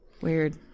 Weird